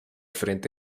frente